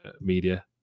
media